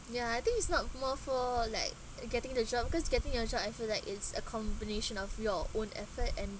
ya I think it's not more for like uh getting the job because getting a job I feel like it's a combination of your own effort and